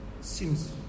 Seems